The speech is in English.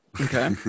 Okay